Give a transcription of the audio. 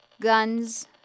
guns